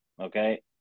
Okay